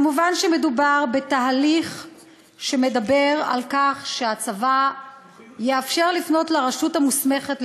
מובן שמדובר בתהליך שמדבר על כך שהצבא יאפשר לפנות לרשות המוסמכת,